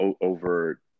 over